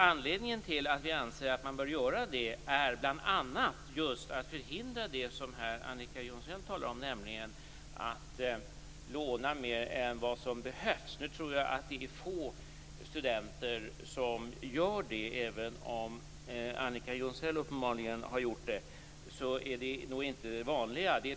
Anledningen till att vi anser att man bör göra det är bl.a. just att förhindra det som Annika Jonsell talar om, nämligen att studenter lånar mer än vad som behövs. Nu tror jag att det är få som gör det. Även om Annika Jonsell uppenbarligen har gjort det, är det nog inte det vanliga.